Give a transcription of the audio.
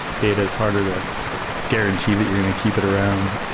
data is harder to guarantee that you're going to keep it around.